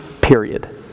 period